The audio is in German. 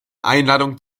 einladung